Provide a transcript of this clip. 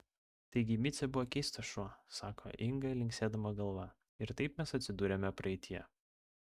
taigi micė buvo keistas šuo sako inga linksėdama galva ir taip mes atsiduriame praeityje